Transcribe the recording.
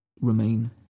remain